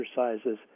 exercises